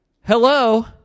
Hello